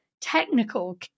technical